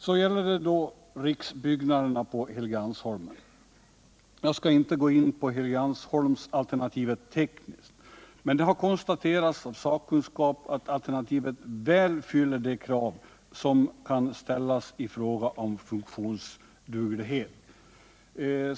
Så gäller det då riksbyggnaderna på Helgeandsholmen. Jag skall inte gå in på Helgeandsholmsalternativet tekniskt, men det har konstaterats av sakkunskap att alternativet väl fvfler de krav som kan ställas i fråga om funktionsduglighet.